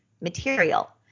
material